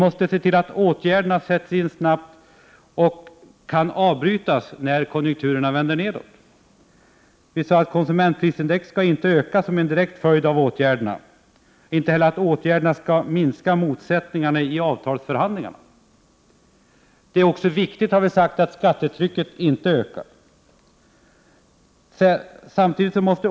Åtgärderna måste också snabbt kunna avbrytas när konjunkturen vänder nedåt. - Konsumentprisindex skall inte öka som en direkt följd av åtgärderna. - Åtgärderna skall minska motsättningarna i avtalsförhandlingarna. — Det är viktigt att skattetrycket inte ökar.